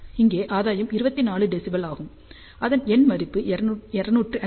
இங்கே ஆதாயம் 24 dB ஆகும் அதன் எண் மதிப்பு 250